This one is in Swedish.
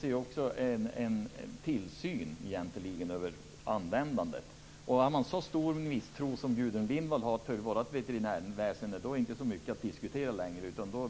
Det finns en tillsyn över användandet. Har man så stor misstro till vårt veterinärväsende som Gudrun Lindvall har är det inte så mycket att diskutera längre.